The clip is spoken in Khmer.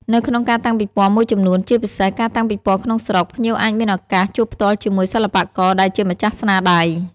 នៅក្នុងការតាំងពិពណ៌មួយចំនួន ជាពិសេសការតាំងពិពណ៌ក្នុងស្រុក ភ្ញៀវអាចមានឱកាសជួបផ្ទាល់ជាមួយសិល្បករដែលជាម្ចាស់ស្នាដៃ។